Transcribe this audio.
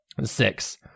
Six